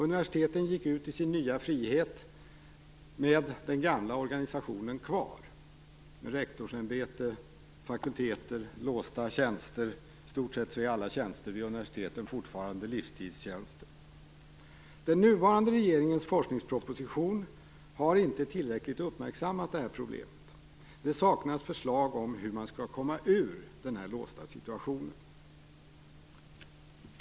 Universiteten gick ut i sin nya frihet med den gamla organisationen kvar, med rektorsämbete, fakulteter och låsta tjänster. I stort sett är alla tjänster vid universiteten fortfarande livstidstjänster. Den nuvarande regeringens forskningsproposition har inte tillräckligt uppmärksammat detta problem. Det saknas förslag om hur man skall komma ur den låsta situationen.